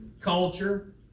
culture